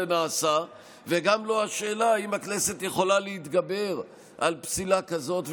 נעשה וגם לא השאלה אם הכנסת יכולה להתגבר על פסילה כזאת,